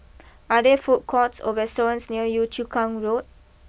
are there food courts or restaurants near Yio Chu Kang Road